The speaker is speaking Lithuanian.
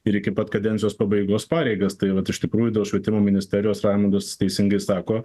ir iki pat kadencijos pabaigos pareigas tai vat iš tikrųjų dėl švietimo ministerijos raimondas teisingai sako